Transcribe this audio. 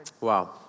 wow